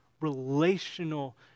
relational